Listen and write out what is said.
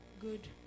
good